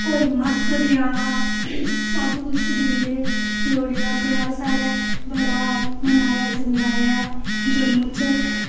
कोई मक्क देआ दा सब कुश दिंदे लोह्ड़ी दा ध्यार साढ़ै बड़ा मनाया जंदा ऐ जम्मू च